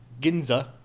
Ginza